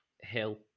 Hill